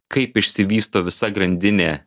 kaip išsivysto visa grandinė